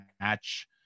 match